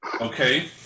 Okay